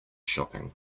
shopping